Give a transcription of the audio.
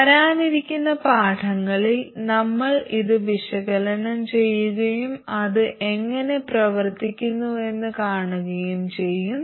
വരാനിരിക്കുന്ന പാഠങ്ങളിൽ നമ്മൾ ഇത് വിശകലനം ചെയ്യുകയും അത് എങ്ങനെ പ്രവർത്തിക്കുന്നുവെന്ന് കാണുകയും ചെയ്യും